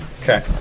okay